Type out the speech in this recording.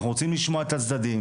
אנחנו רוצים לשמוע את הצדדים,